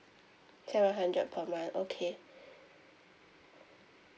seven hundred per month okay